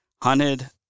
hunted